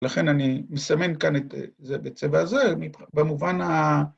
‫לכן אני מסמן כאן את זה בצבע הזה, ‫במובן ה...